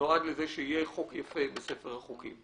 שנועד לזה שיהיה חוק יפה בספר החוקים.